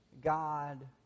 God